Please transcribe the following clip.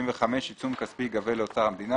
75.גבייה עיצום כספי ייגבה לאוצר המדינה,